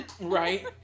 Right